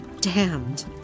damned